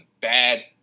bad